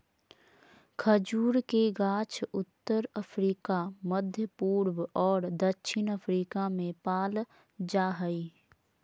खजूर के गाछ उत्तर अफ्रिका, मध्यपूर्व और दक्षिण एशिया में पाल जा हइ